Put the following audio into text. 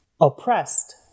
oppressed